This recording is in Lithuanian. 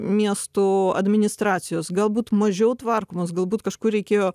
miestų administracijos galbūt mažiau tvarkomos galbūt kažkur reikėjo